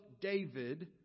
David